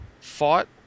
fought